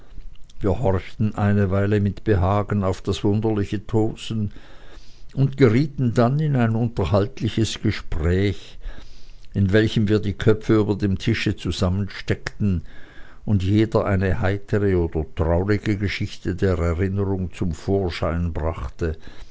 wir horchten eine weile mit behagen auf das wunderliche tosen und gerieten dann in ein unterhaltliches gespräch in welchem wir die köpfe über dem tische zusammensteckten und jeder eine heitere oder traurige geschichte oder erinnerung zum vorschein brachte